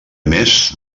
més